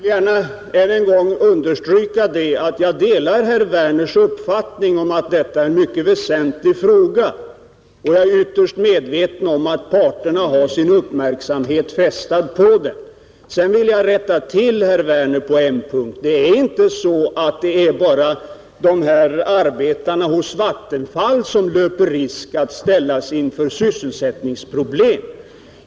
Herr talman! Jag vill gärna än en gång understryka att jag delar herr Wemers i Tyresö uppfattning att detta är en mycket väsentlig fråga. Jag är ytterst medveten om att parterna har sin uppmärksamhet fästad på den. Sedan vill jag rätta herr Werner på en punkt. Det är inte så att bara arbetarna hos Vattenfall löper risk att ställas inför sysselsättningsproblem.